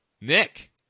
Nick